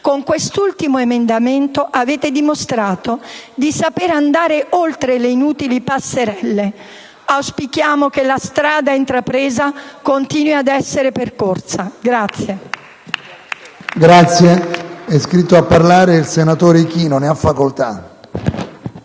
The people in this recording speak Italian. Con quest'ultimo emendamento avete dimostrato di saper andare oltre le inutili passerelle. Auspichiamo che la strada intrapresa continui ad essere percorsa.